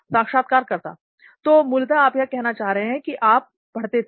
साक्षात्कारकर्ता तो मूलतः आप यह कहना चाह रहे हैं कि आप पढ़ते थे